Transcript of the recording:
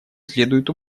следует